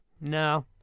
no